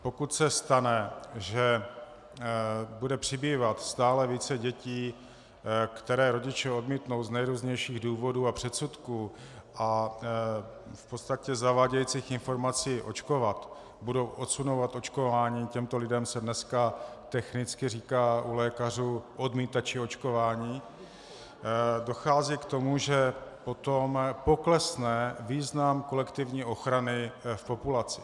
Pokud se stane, že bude přibývat stále více dětí, které rodiče odmítnou z nejrůznějších důvodů a předsudků a v podstatě zavádějících informací očkovat, budou odsunovat očkování, těmto lidem se dneska technicky říká u lékařů odmítači očkování, dochází k tomu, že potom poklesne význam kolektivní ochrany v populaci.